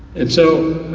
and so,